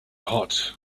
hot